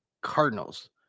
Cardinals